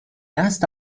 erste